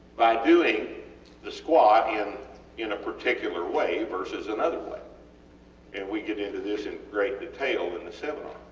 by doing the squat in in a particular way versus another way and we get into this in great detail in the seminar